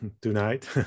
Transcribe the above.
tonight